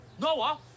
Noah